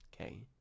okay